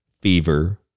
fever